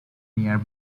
near